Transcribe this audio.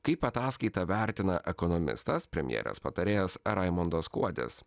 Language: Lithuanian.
kaip ataskaitą vertina ekonomistas premjerės patarėjas raimondas kuodis